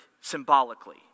symbolically